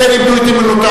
כן איבדו את אמינותן,